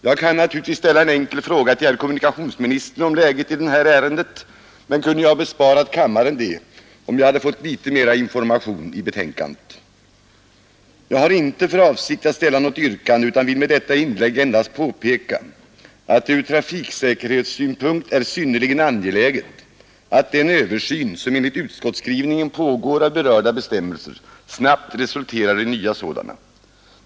Jag kan naturligtvis ställa en enkel fråga till kommunikationsministern om läget i detta ärende, men jag kunde ha besparat kammaren detta, om jag hade fått litet mera information i betänkandet. Jag har inte för avsikt att ställa något yrkande utan vill med detta inlägg endast påpeka att det ur trafiksäkerhetssynpunkt är synnerligen angeläget att den översyn av berörda bestämmelser, som enligt utskottsskrivningen pågår, snabbt resulterar i nya bestämmelser.